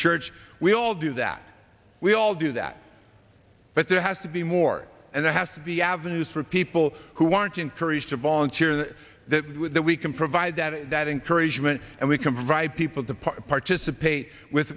church we all do that we all do that but there has to be more and there has to be avenues for people who want to encourage to volunteer and that we can provide that that encouragement and we can provide people to participate with